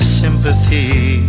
sympathy